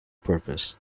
purpose